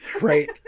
right